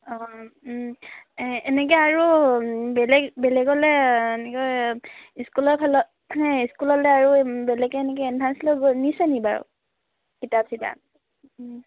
অঁ অঁ এনেকৈ আৰু বেলেগ বেলেগলৈ এনেকৈ স্কুলৰফালে মানে স্কুললৈ আৰু বেলেগে এনেকৈ এনভা্ঞ্চ লৈ নিছে নেকি বাৰু কিতাপ চিতাপ